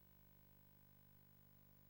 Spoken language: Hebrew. המשטרתית.